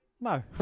No